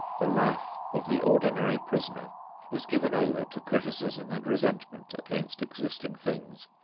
the life of the ordinary prisoner is given over to criticism and resentment against existing things,